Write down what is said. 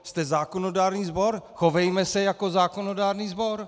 Jste zákonodárný sbor, chovejme se jako zákonodárný sbor.